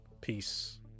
Peace